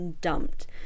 dumped